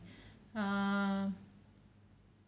err